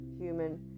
human